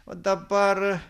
o dabar